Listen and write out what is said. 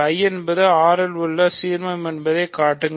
I என்பது R இல் ஒரு சீர்மம் என்பதைக் காட்டுங்கள்